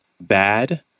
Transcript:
bad